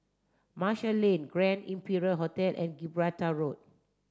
Marshall Lane Grand Imperial Hotel and Gibraltar Road